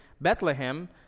Bethlehem